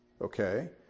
Okay